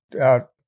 out